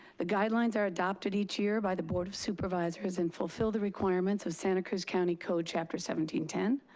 the guidelines are adopted each year by the board of supervisors and fulfill the requirements of santa cruz county code chapter seventeen ten.